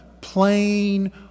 plain